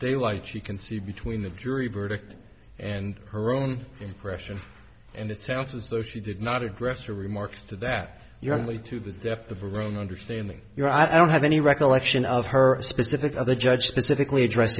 like she can see between the jury verdict and her own impression and it sounds as though she did not address her remarks to that your family to the depth of her own understanding your i don't have any recollection of her specific other judge specifically address